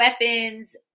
weapons